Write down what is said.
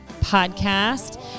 podcast